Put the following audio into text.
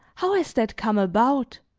how has that come about?